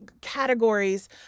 categories